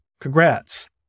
Congrats